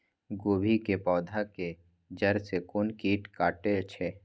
गोभी के पोधा के जड़ से कोन कीट कटे छे?